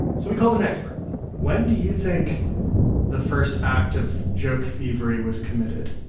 so we called an expert when do you think the first act of joke thievery was committed?